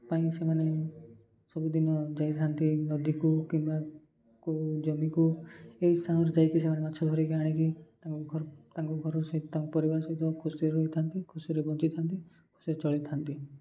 ପାଇଁ ସେମାନେ ସବୁଦିନ ଯାଇଥାନ୍ତି ନଦୀକୁ କିମ୍ବା କେଉଁ ଜମିକୁ ଏଇ ସାଙ୍ଗରେ ଯାଇକି ସେମାନେ ମାଛ ଧରିକି ଆଣିକି ତାଙ୍କ ତାଙ୍କ ଘର ସେ ତାଙ୍କ ପରିବାର ସହିତ ଖୁସିରେ ରହିଥାନ୍ତି ଖୁସିରେ ବଞ୍ଚିଥାନ୍ତି ଖୁସିରେ ଚଳିଥାନ୍ତି